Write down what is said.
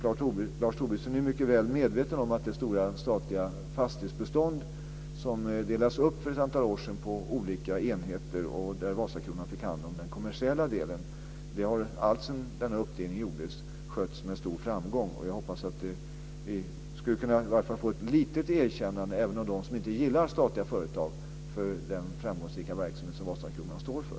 Lars Tobisson är mycket väl medveten om att det stora statliga fastighetsbeståndet, som delades upp för ett antal år sedan på olika enheter och där Vasakronan fick hand om den kommersiella delen, har alltsedan denna uppdelning gjordes skötts med en stor framgång. Vi skulle kunna få i varje fall ett litet erkännande även av dem som inte gillar statliga företag för den framgångsrika verksamhet som Vasakronan står för.